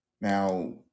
Now